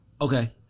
Okay